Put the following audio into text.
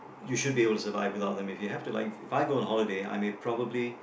you should be able to survive without them if you have to like If I go on holiday I may probably